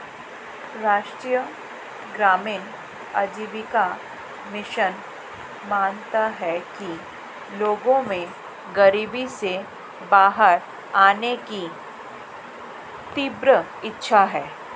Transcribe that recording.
राष्ट्रीय ग्रामीण आजीविका मिशन मानता है कि लोगों में गरीबी से बाहर आने की तीव्र इच्छा है